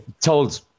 told